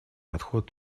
подход